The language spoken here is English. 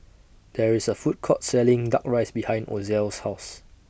There IS A Food Court Selling Duck Rice behind Ozell's House